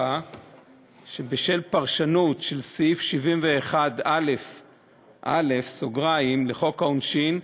שבשל פרשנות של סעיף 71א(א) לחוק העונשין,